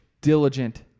diligent